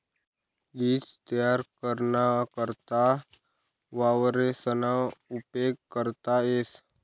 ईज तयार कराना करता वावरेसना उपेग करता येस